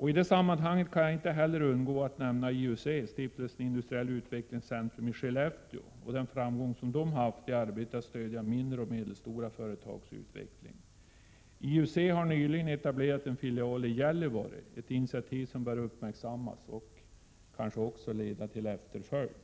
I detta sammanhang kan jag inte heller undgå att nämna IUC, Stiftelsen Industriellt utvecklingscentrum i Skellefteå, och dess framgång i arbetet att stödja mindre och medelstora företags utveckling. IUC har nyligen etablerat en filial i Gällivare, ett initiativ som bör uppmärksammas och kanske leda till efterföljd.